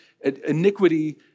Iniquity